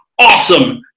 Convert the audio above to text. awesome